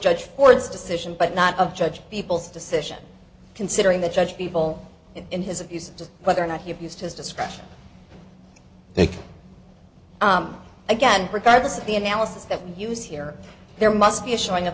judge ford's decision but not of judge people's decision considering the judge people in his abuse to whether or not he abused his discretion they again regardless of the analysis that we use here there must be a showing